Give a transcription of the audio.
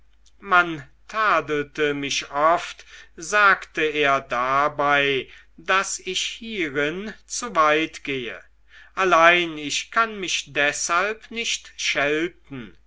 man tadelte mich oft sagte er dabei daß ich hierin zu weit gehe allein ich kann mich deshalb nicht schelten